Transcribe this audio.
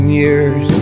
years